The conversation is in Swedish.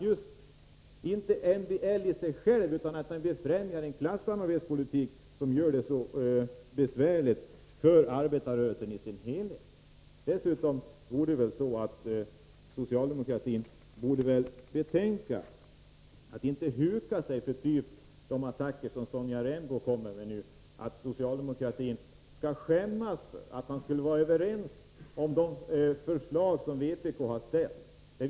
Just detta att MBL befrämjar en klassamarbetspolitik gör det besvärligt för arbetarrörelsen i dess helhet. Dessutom borde socialdemokratin betänka att man inte får huka sig för sådana attacker som Sonja Rembo nu kommer med, innebärande att socialdemokratin skall skämmas för att vara överens om de förslag som vpk har lagt fram.